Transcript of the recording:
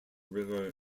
river